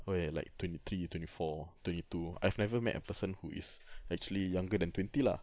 where like twenty three twenty four twenty two I have never met a person who is actually younger than twenty lah